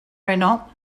renault